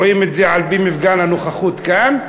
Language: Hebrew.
רואים את זה על-פי מפגן הנוכחות כאן,